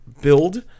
build